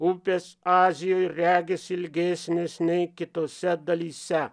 upės azijoj regis ilgesnės nei kitose dalyse